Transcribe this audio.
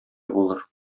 булыр